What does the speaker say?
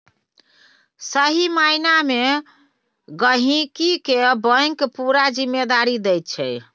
सही माइना मे गहिंकी केँ बैंक पुरा जिम्मेदारी दैत छै